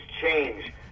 change